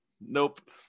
Nope